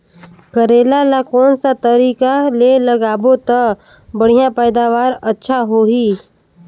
करेला ला कोन सा तरीका ले लगाबो ता बढ़िया पैदावार अच्छा होही?